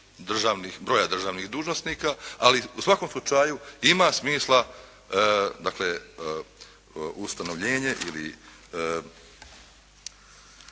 broja državnih dužnosnika ali u svakom slučaju ima smisla, dakle ustanovljenje ili